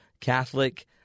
Catholic